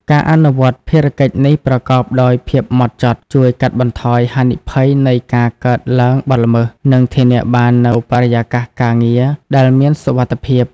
ការអនុវត្តភារកិច្ចនេះប្រកបដោយភាពម៉ត់ចត់ ជួយកាត់បន្ថយហានិភ័យនៃការកើតឡើងបទល្មើស និងធានាបាននូវបរិយាកាសការងារដែលមានសុវត្ថិភាព។